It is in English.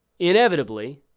Inevitably